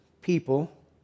people